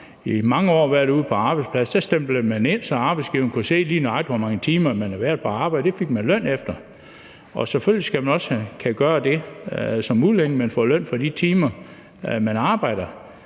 i mange år været ude på en arbejdsplads, og der stemplede man ind, så arbejdsgiveren kunne se, nøjagtig hvor mange timer man havde været på arbejde. Det fik man løn efter, og selvfølgelig skal man også kunne gøre det som udlænding – at man får løn for de timer, man arbejder.